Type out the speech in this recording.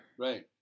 Right